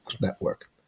Network